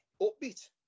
upbeat